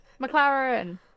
McLaren